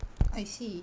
I see